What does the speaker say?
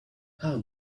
how